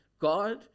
God